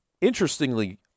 Interestingly